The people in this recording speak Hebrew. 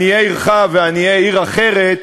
"עניי עירך ועניי עיר אחרת,